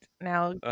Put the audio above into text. Now